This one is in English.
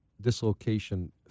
dislocation